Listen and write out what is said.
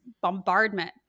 bombardment